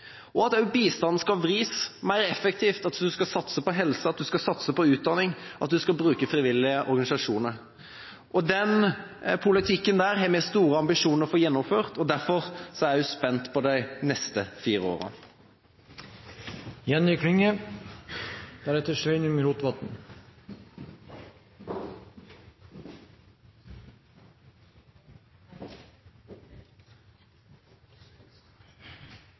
mer handel, at bistanden skal vris mer effektivt – at det satses på helse, på utdanning og bruk av frivillige organisasjoner. Denne politikken har vi store ambisjoner om å få gjennomført, og derfor er vi spent på de neste fire